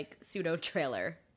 pseudo-trailer